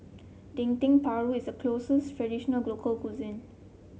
Dendeng Paru is a local cuisine